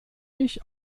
ich